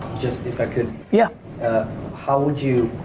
just if i could, yeah how would you,